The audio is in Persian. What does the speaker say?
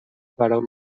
برام